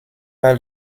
par